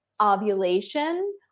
ovulation